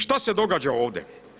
Šta se događa ovdje?